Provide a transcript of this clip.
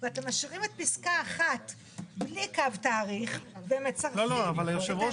ואתם משאירים את פסקה 1 בלי קו תאריך --- אבל היושב-ראש